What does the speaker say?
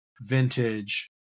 Vintage